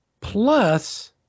plus